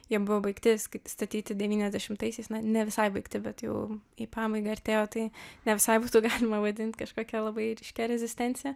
jie buvo baigti statyti devyniasdešimtaisias na ne visai baigti bet jau į pabaigą artėjo tai ne visai būtų galima vadint kažkokia labai ryškia rezistencija